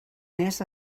més